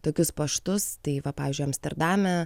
tokius paštus tai va pavyzdžiui amsterdame